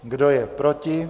Kdo je proti?